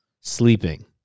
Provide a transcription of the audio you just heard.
sleeping